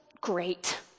great